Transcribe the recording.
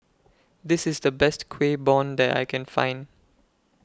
This IS The Best Kueh Bom that I Can Find